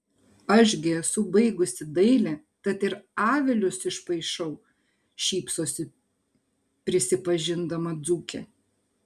aš gi esu baigusi dailę tad ir avilius išpaišau šypsosi prisipažindama dzūkė